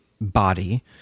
body